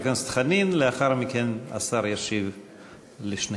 חבר הכנסת חנין, ולאחר מכן, השר ישיב לשניכם.